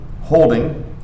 holding